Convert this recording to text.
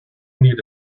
need